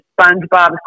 SpongeBob